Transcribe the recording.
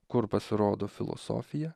kur pasirodo filosofija